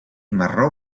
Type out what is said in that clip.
marró